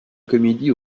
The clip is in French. comédie